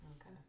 Okay